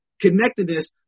connectedness